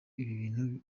ibintu